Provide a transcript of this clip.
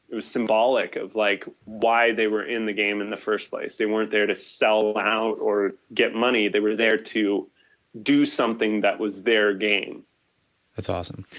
it was symbolic of like why they were in the game in the first place, they weren't there to sell out or get money they were there to do something that was their game it awesome.